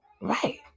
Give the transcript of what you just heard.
Right